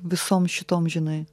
visom šitom žinai